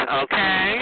okay